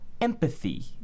empathy